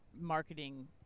marketing